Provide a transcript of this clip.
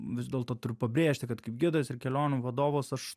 vis dėlto turiu pabrėžti kad kaip gidas ir kelionių vadovas aš